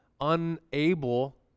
unable